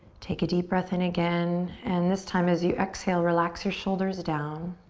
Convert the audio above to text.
take a deep breath in again and this time as you exhale relax your shoulders down.